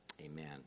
amen